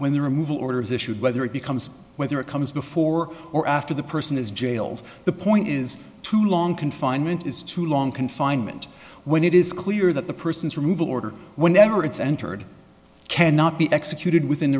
when the removal order is issued whether it becomes whether it comes before or after the person is jailed the point is too long confinement is too long confinement when it is clear that the person's removal order whenever it's entered cannot be executed within